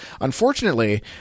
Unfortunately